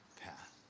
path